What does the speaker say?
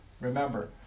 Remember